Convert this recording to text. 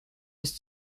his